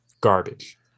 garbage